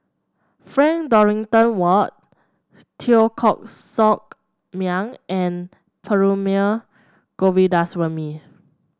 Frank Dorrington Ward Teo Koh Sock Miang and Perumal Govindaswamy